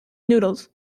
noodles